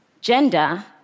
gender